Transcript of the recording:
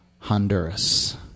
Honduras